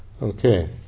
Okay